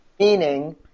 Meaning